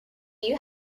you